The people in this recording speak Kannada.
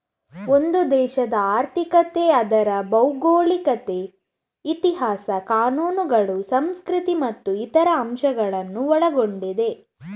ಒಂದು ದೇಶದ ಆರ್ಥಿಕತೆ ಅದರ ಭೌಗೋಳಿಕತೆ, ಇತಿಹಾಸ, ಕಾನೂನುಗಳು, ಸಂಸ್ಕೃತಿ ಮತ್ತು ಇತರ ಅಂಶಗಳನ್ನ ಒಳಗೊಂಡಿದೆ